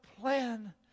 plan